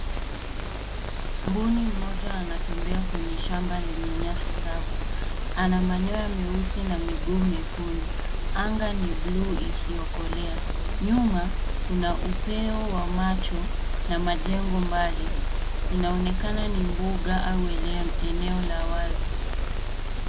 Mbuni mmoja anatembea kwenye shamba lenye nyasi kavu. Ana manyoya meusi na miguu mekundu. Anga ni bluu isiyokolea. Nyuma, kuna upeo wa macho na majengo mbali. Inaonekana ni mbuga au eneo la wazi.